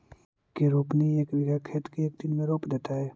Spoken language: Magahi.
के रोपनी एक बिघा खेत के एक दिन में रोप देतै?